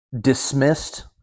dismissed